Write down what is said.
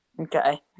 Okay